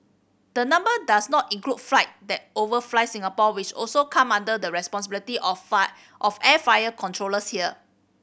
the number does not include flight that overfly Singapore which also come under the responsibility of five of air fair controllers here